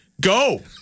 go